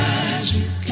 Magic